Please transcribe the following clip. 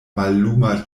malluma